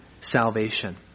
salvation